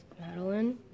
Madeline